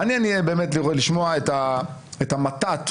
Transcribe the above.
אני מבקשת הצעה לסדר.